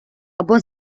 або